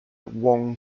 wong